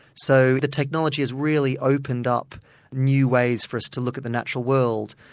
so the technology has really opened up new ways for us to look at the natural world.